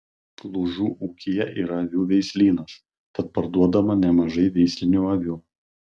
lūžų ūkyje yra avių veislynas tad parduodama nemažai veislinių avių